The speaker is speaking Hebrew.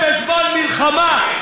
חתיכת בוגד שמוסר ידיעות לאויב בזמן מלחמה,